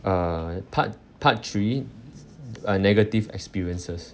uh part part three uh negative experiences